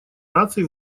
наций